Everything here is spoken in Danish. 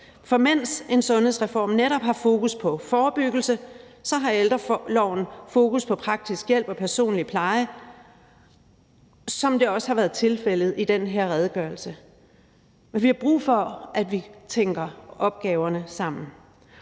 for mens en sundhedsreform netop har fokus på forebyggelse, har ældreloven fokus på praktisk hjælp og personlig pleje, som det også har været tilfældet i den her redegørelse. Vi har brug for, at vi tænker opgaverne sammen.